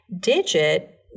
Digit